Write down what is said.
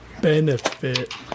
benefit